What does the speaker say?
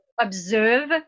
observe